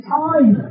time